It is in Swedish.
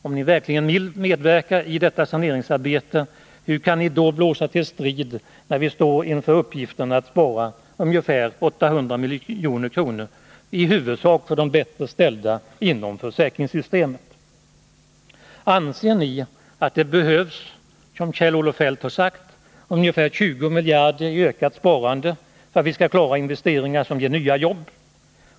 Om ni verkligen vill medverka i detta saneringsarbete, hur kan ni då när vi står inför uppgiften att spara ungefär 800 milj.kr. blåsa till strid i huvudsak för de bättre ställda inom vårt försäkringssystem? Anser ni att det, som Kjell-Olof Feldt har sagt, behövs ungefär 20 Nr 47 miljarder i ökat sparande för att vi skall klara investeringar som ger nya jobb?